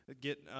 get